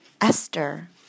Esther